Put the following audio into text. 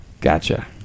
gotcha